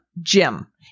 Jim